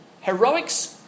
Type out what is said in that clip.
heroics